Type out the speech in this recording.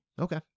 Okay